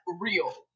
real